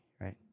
right